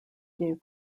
gave